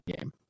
game